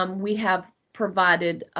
um we have provided. ah